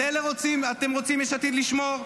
על אלה אתם רוצים, יש עתיד, לשמור?